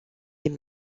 les